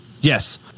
Yes